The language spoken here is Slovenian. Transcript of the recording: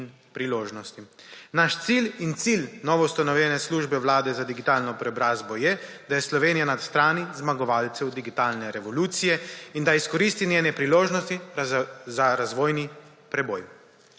priložnosti. Naš cilj in cilj novoustanovljene službe Vlade za digitalno preobrazbo je, da je Slovenija na strani zmagovalcev digitalne revolucije in da izkoristi njene priložnosti za razvojni preboj.